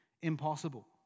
impossible